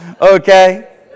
Okay